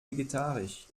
vegetarisch